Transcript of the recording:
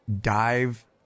dive